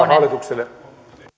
hallitukselle